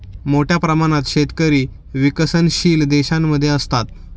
मोठ्या प्रमाणात शेतकरी विकसनशील देशांमध्ये असतात